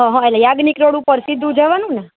અહહ એટલે યાજ્ઞિક રોડ ઉપર સીધું જવાનું ને